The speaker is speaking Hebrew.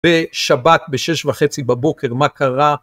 בשבת, בשש וחצי בבוקר, מה קרה?